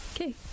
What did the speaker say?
Okay